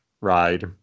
ride